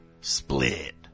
split